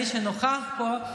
מי שנוכח פה,